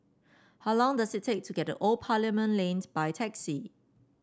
how long does it take to get to Old Parliament Lane by taxi